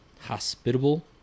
hospitable